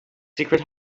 secret